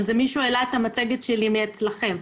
גם עם ההצלחות וגם עם הכישלונות,